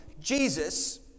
Jesus